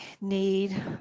need